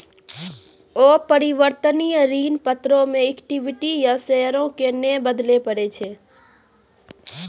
अपरिवर्तनीय ऋण पत्रो मे इक्विटी या शेयरो के नै बदलै पड़ै छै